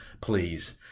Please